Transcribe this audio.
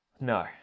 No